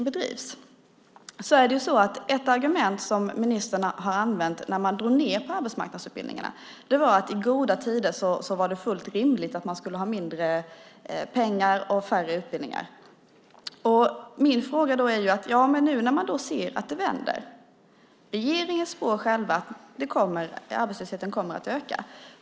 Ett argument som ministern använde när man drog ned på arbetsmarknadsutbildningar var att i goda tider var det fullt rimligt att man skulle ha mindre pengar och färre utbildningar. Men nu ser man att det vänder. Regeringen spår själv att arbetslösheten kommer att öka.